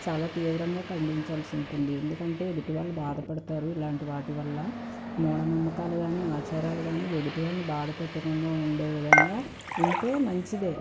చాలా తీవ్రంగా ఖండించాల్సి ఉంటుంది ఎందుకంటే ఎదుటివాళ్ళు బాధపడతారు ఇలాంటి వాటి వల్ల మూడ నమ్మకాలు గాని ఆచారాలు గాని ఎదుటివాళ్ళని బాధపెట్టకుండా ఉండే విధంగా ఉంటే మంచిదే